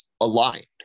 aligned